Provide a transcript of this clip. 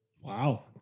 Wow